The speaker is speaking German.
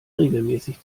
regelmäßig